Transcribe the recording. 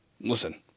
Listen